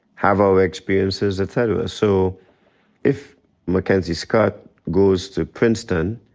have our experiences, et cetera. so if mackenzie scott goes to princeton,